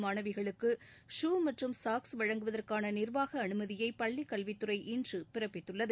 மாணவிகளுக்கு ஷூ மற்றும் சாக்ஸ் வழங்குவதற்கான நிர்வாக அனுமதியை பள்ளிக்கல்வித்துறை இன்று பிறப்பித்துள்ளது